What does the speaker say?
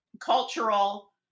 cultural